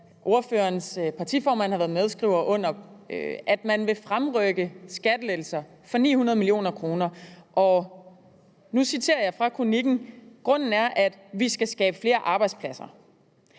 ordførerens partiformand har været medskriver af, nemlig at man vil fremrykke skattelettelser for 900 mio. kr., og grunden er – nu citerer jeg fra kronikken – »at vi skal skabe flere arbejdspladser«.